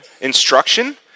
instruction